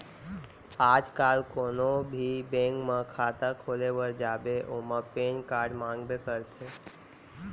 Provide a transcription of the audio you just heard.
आज काल कोनों भी बेंक म खाता खोले बर जाबे ओमा पेन कारड मांगबे करथे